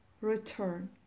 return